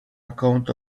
account